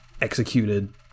executed